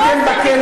והוא מתחתן בכלא,